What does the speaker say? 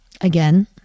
again